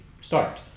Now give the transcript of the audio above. start